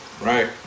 Right